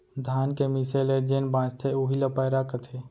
धान के मीसे ले जेन बॉंचथे उही ल पैरा कथें